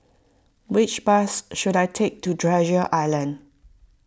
which bus should I take to Treasure Island